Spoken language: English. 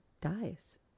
dies